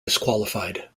disqualified